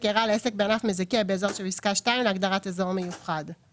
אירע לעסק בענף מזכה באזור שבפסקה (2) להגדרת "אזור מיוחד";